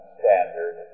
standard